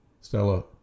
Stella